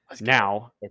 Now